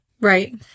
Right